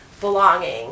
belonging